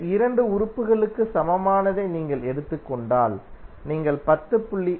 இந்த 2 உறுப்புகளுக்கு சமமானதை நீங்கள் எடுத்துக் கொண்டால் நீங்கள் 10